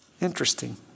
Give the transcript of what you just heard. Interesting